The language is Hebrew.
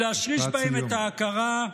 תודה רבה.